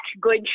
good